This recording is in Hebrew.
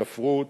ספרות,